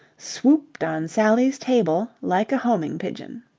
swooped on sally's table like a homing pigeon.